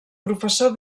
professor